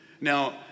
Now